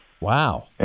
Wow